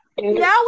now